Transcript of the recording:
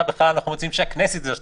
אנחנו רוצים שהכנסת היא זו שתחליט.